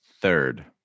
third